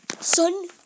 Son